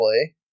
play